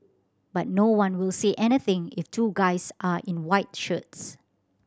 but no one will say anything if two guys are in white shirts